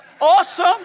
awesome